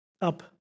up